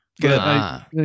Good